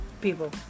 people